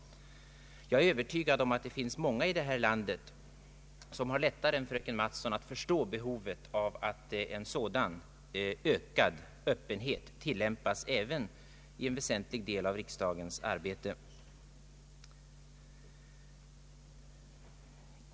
Jag är övertygad om att det finns många i det här landet som har lättare än fröken Mattson att förstå behovet av att en sådan ökad öppenhet tillämpas i väsentliga delar av riksdagsarbetet.